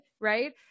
Right